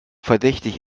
verdächtig